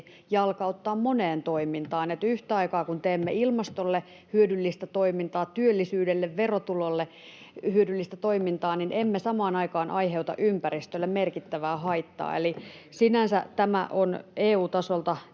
jalkauttaa moneen toimintaan, niin että yhtä aikaa, kun teemme ilmastolle hyödyllistä toimintaa sekä työllisyydelle ja verotuloille hyödyllistä toimintaa, emme samaan aikaan aiheuta ympäristölle merkittävää haittaa. Eli sinänsä tämä on EU-tasolta